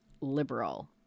liberal